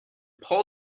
pull